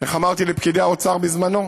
איך אמרתי לפקידי האוצר בזמנו: